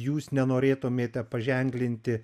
jūs nenorėtumėte paženklinti